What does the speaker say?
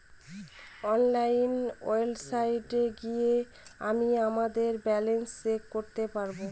online ওয়েবসাইটে গিয়ে আমিই আমাদের ব্যালান্স চেক করতে পারবো